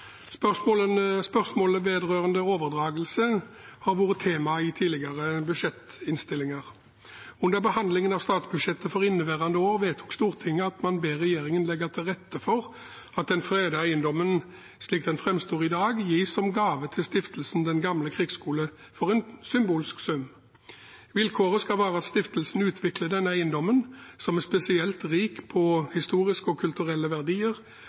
Spørsmålet vedrørende overdragelse har vært tema i tidligere budsjettinnstillinger. Under behandlingen av statsbudsjettet for inneværende år vedtok Stortinget å be regjeringen legge til rette for at den fredede eiendommen, slik den framstår i dag, gis som gave til stiftelsen Den Gamle Krigsskole for en symbolsk sum. Vilkåret skal være at stiftelsen utvikler denne eiendommen, som er spesielt rik på historiske og kulturelle verdier,